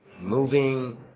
moving